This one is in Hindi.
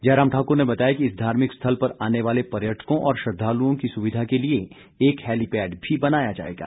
जयराम ठाकुर ने बताया कि इस धार्मिक स्थल पर आने वाले पर्यटकों और श्रद्वालुओं की सुविधा के लिए एक हैलीपैड भी बनाया जाएगा